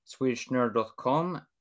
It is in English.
SwedishNerd.com